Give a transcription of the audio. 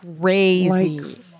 crazy